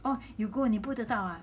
oh you go 你 book 得到啊